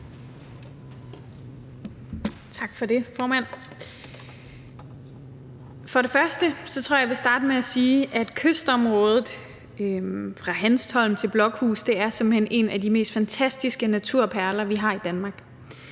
Tak for det, formand. Jeg vil starte med at sige, at kystområdet fra Hanstholm til Blokhus simpelt hen er en af de mest fantastiske naturperler, vi har i Danmark.